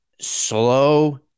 slow